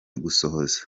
gusohoza